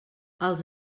els